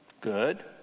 good